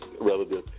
relative